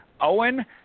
Owen